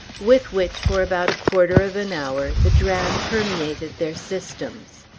with which, for about a quarter of an hour, the dram permeated their systems.